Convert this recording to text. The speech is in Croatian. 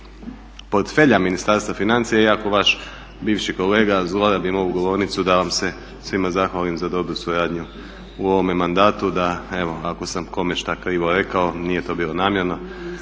portfelja Ministarstva financija i ja kao vaš bivši kolega zlorabim ovu govornicu da vam se svima zahvalim za dobru suradnju u ovome mandatu da, evo ako sam kome šta krivo rekao, nije to bilo namjerno,